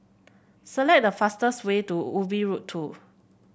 select the fastest way to Ubi Road Two